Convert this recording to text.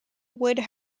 would